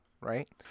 right